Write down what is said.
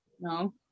No